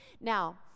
Now